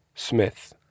Smith